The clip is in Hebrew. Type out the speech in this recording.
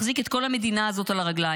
מחזיק את כל המדינה הזאת על הרגליים.